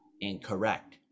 incorrect